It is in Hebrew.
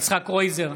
נגד יצחק קרויזר,